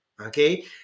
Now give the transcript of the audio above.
okay